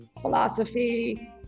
philosophy